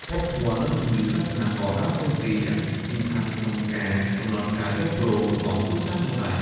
វប្បធម៌ និងជំនឿសាសនាក៏ដើរតួនាទីយ៉ាងសំខាន់ក្នុងការកំណត់ការយល់ព្រមរបស់គ្រួសារផងដែរ។